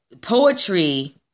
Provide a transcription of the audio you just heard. poetry